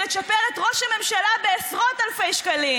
לצ'פר את ראש הממשלה בעשרות אלפי שקלים?